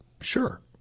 sure